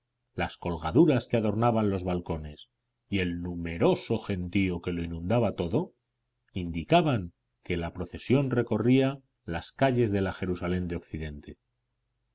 las colgaduras que adornaban los balcones y el numeroso gentío que lo inundaba todo indicaban que la procesión recorría las calles de la jerusalén de occidente